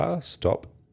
stop